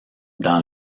dans